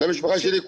המשפחה שלי,